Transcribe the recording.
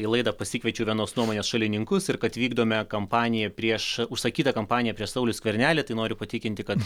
į laidą pasikviečiau vienos nuomonės šalininkus ir kad vykdome kampaniją prieš užsakytą kampaniją prieš saulių skvernelį tai noriu patikinti kad